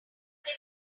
even